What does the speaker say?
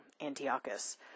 Antiochus